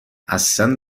اصلا